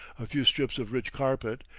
a few strips of rich carpet,